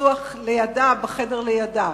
רצוח לידה, בחדר לידה.